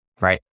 right